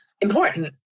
important